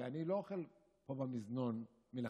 הרי אני לא אוכל פה במזנון מלכתחילה.